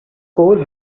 coal